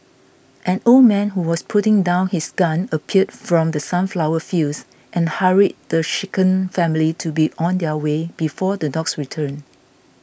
an old man who was putting down his gun appeared from the sunflower fields and hurried the shaken family to be on their way before the dogs return